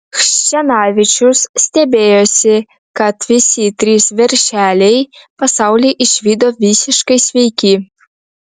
chščenavičius stebėjosi kad visi trys veršeliai pasaulį išvydo visiškai sveiki